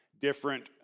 different